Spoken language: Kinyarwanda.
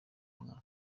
mwaka